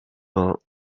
vingts